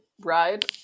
ride